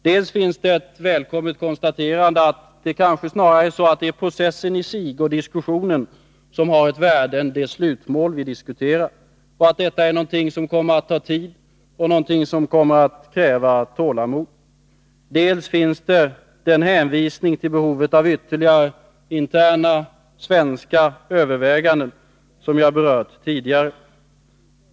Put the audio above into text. Dels finns det ett välkommet konstaterande att det kanske snarare är processen i sig och diskussionen som har ett värde än de slutmål vi diskuterar och att detta är någonting som kommer att ta tid och som kommer att kräva tålamod. Dels finns det hänvisningen till det behov av ytterligare interna svenska överväganden som jag berört tidigare.